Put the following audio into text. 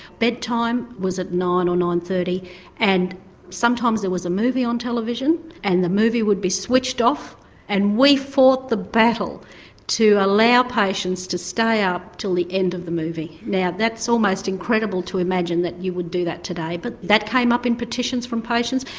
bed time was at nine or nine. thirty and sometimes there was a movie on television and the movie would be switched off and we fought the battle to allow patients to stay up till the end of the movie. now that's almost incredible to imagine that you would do that today but that came up in petitions from patients.